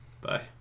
bye